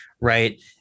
right